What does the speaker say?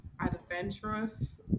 Adventurous